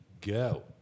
go